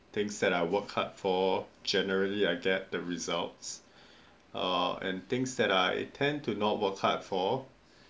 things that I work hard for generally I get the result err and things that I tend to not work hard for